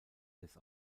des